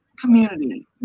community